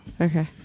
okay